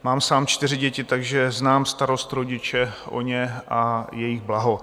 Mám sám čtyři děti, takže znám starost rodiče o ně a jejich blaho.